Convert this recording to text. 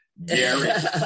Gary